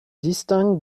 distingue